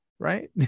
Right